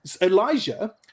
Elijah